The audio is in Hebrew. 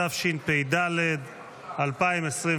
התשפ"ד 2024,